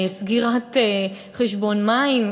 סגירת חשבון מים,